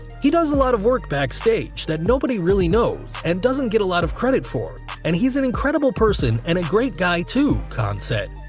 he does a lot of work backstage that nobody really knows and doesn't get a lot of credit for and he's an incredible person and a great guy too. khan said.